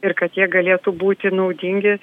ir kad jie galėtų būti naudingi